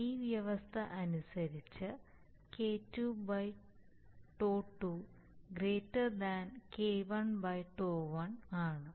ഈ വ്യവസ്ഥ അനുസരിച്ച് K2 τ2 K1 τ1 ആണ്